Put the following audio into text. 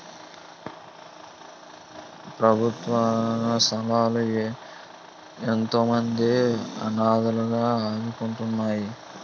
ప్రభుత్వేతర సంస్థలు ఎంతోమంది అనాధలను ఆదుకుంటున్నాయి